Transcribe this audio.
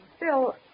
Bill